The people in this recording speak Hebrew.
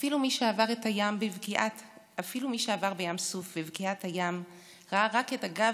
/ אפילו מי שעבר בים סוף בבקיעת הים / ראה רק את הגב